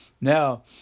Now